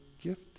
gift